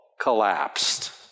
collapsed